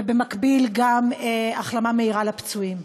ובמקביל גם החלמה מהירה לפצועים.